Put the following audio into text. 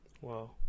Wow